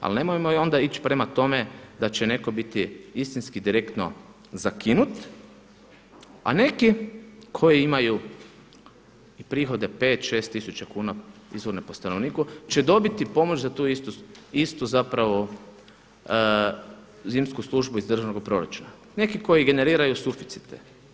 Ali nemojmo onda ići prema tome da će netko biti istinski direktno zakinut, a neki koji imaju i prihode 5, 6000 kuna … po stanovniku će dobiti pomoć za tu istu zapravo zimsku službu iz državnoga proračuna, neki koji generiraju suficite.